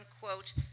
quote